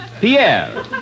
Pierre